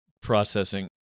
processing